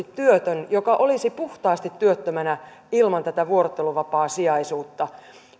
työtön joka olisi puhtaasti työttömänä ilman tätä vuorotteluvapaasijaisuutta